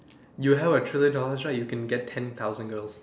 you have a trillion dollars right you can get ten thousand girls